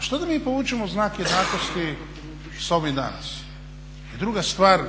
šta da mi povučemo znak jednakosti sa ovim danas? I druga stvar,